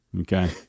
okay